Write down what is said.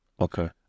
Okay